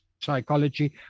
psychology